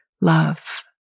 love